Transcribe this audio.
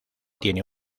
tiene